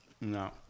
No